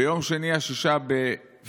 ביום שני, 6 בפברואר,